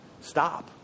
Stop